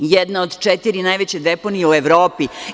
Jedna od četiri najveće deponije u Evropi.